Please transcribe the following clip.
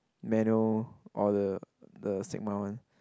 manual or the the stigma one